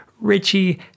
Richie